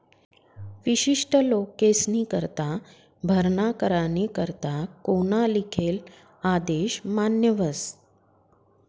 विशिष्ट लोकेस्नीकरता भरणा करानी करता कोना लिखेल आदेश मान्य व्हस